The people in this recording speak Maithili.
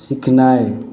सिखनाइ